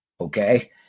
okay